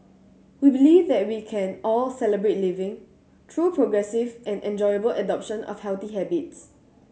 we believe that we can all 'Celebrate Living' through progressive and enjoyable adoption of healthy habits